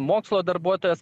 mokslo darbuotojas